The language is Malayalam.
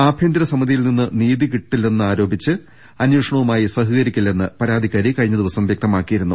ആഭ്യന്തര സമിതിയിൽ നിന്ന് നീതി കിട്ടിയില്ലെന്ന് ആരോപിച്ച് അന്വേഷണവുമായി സഹ കരിക്കില്ലെന്ന് പരാതിക്കാരി കഴിഞ്ഞദിവസം വൃക്തമാക്കിയിരുന്നു